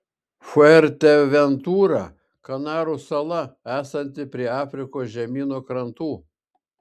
fuerteventura kanarų sala esanti prie afrikos žemyno krantų